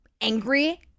angry